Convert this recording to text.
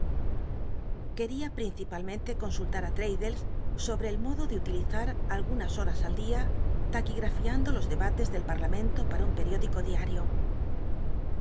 ptincipn mente consultar i l'raddlcs sobte el modo de utilizar algunns hotas del dia taquigrafiando los debates del parlamento pata un periódico diario